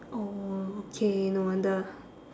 oh okay no wonder